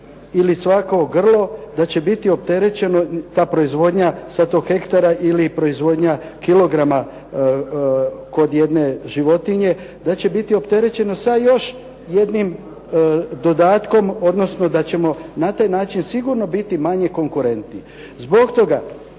ili svako grlo da će biti opterećeno ta proizvodnja sa tog hektara ili proizvodnja kilograma kod jedne životinje, da će biti opterećeno sa još jednim dodatkom odnosno da ćemo na taj način sigurno biti manje konkurentni. Zbog toga